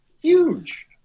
huge